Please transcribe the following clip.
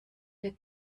der